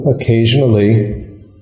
occasionally